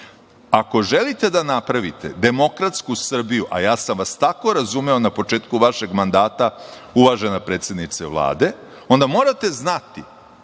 želite da napravite demokratsku Srbiju, a ja sam vas tako razumeo na početku vašeg mandata, uvažena predsednice Vlade, onda morate znati